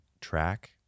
track